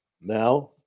Now